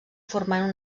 formant